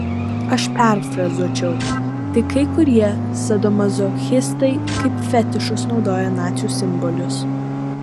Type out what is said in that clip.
aš perfrazuočiau tik kai kurie sadomazochistai kaip fetišus naudoja nacių simbolius